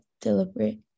deliberate